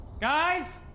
Guys